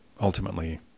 ultimately